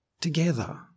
together